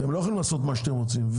אתם לא יכולים לעשות מה שאתם רוצים.